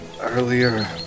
Earlier